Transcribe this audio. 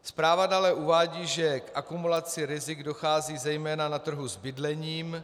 Zpráva dále uvádí, že k akumulaci rizik dochází zejména na trhu s bydlením.